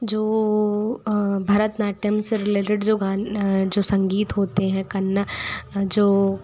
जो भरतनाट्यम से रिलेटेड जो गान जो संगीत होते हैं कन्न जो